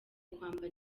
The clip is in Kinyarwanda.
kwambara